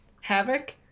Havoc